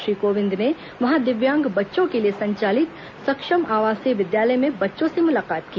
श्री कोविंद ने वहां दिव्यांग बच्चों के लिए संचालित सक्षम आवासीय विद्यालय में बच्चों से मुलाकात की